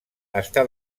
està